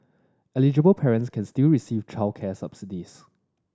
eligible parents can still receive childcare subsidies